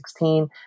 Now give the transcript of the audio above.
2016